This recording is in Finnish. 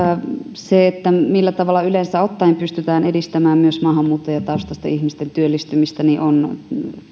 se millä tavalla yleensä ottaen pystytään edistämään myös maahanmuuttajataustaisten ihmisten työllistymistä on